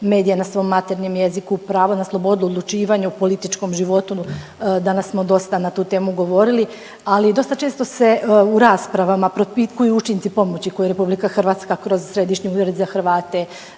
medije na svom materinjem jeziku, pravo na slobodu i odlučivanju o političkom životu, danas smo dosta na tu temu govorili. Ali dosta često se u raspravama propitkuju učinci pomoći koje je RH kroz Središnji ured za Hrvate